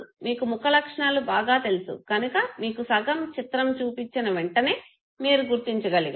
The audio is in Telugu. మీకు ముఖ లక్షణాలు బాగా తెలుసు కనుక మీకు సగం చిత్రం చూపించిన వెంటనే మీరు గుర్తించగలిగారు